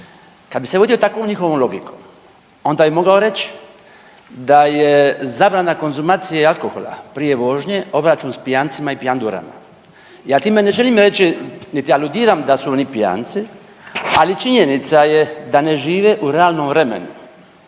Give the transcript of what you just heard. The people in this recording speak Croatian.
Kada bi se vodio takvom njihovom logikom onda bi morao reć da je zabrana konzumacije alkohola prije vožnje obračun s pijancima i pijandurama. Ja time ne želim reći niti aludiram da su oni pijanci, ali činjenica je da ne žive u realnom vremenu.